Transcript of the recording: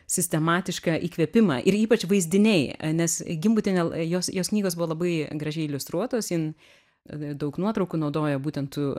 sistematišką įkvėpimą ir ypač vaizdiniai nes gimbutienė jos jos knygos buvo labai gražiai iliustruotos jin daug nuotraukų naudoja būtent